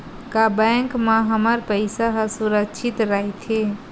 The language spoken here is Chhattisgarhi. का बैंक म हमर पईसा ह सुरक्षित राइथे?